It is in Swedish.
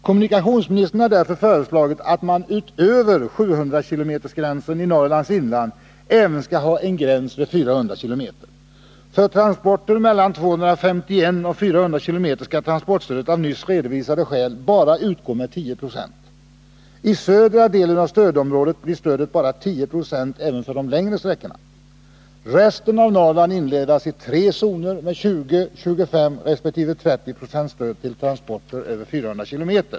Kommunikationsministern har därför föreslagit att man utöver 700 km-gränsen i Norrlands inland skall ha en gräns även vid 400 km. För transporter mellan 251 och 400 km skall transportstödet av nyss redovisade skäl bara utgå med 10 96. I södra delen av stödområdet blir stödet bara 10 20 även för de längre sträckorna. Resten av Norrland indelas i tre zoner med 20, 25 resp. 30 70 stöd till transporter över 400 km.